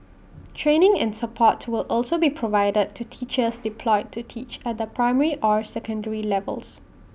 training and support will also be provided to teachers deployed to teach at the primary or secondary levels